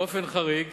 באופן חריג,